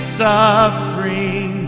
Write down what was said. suffering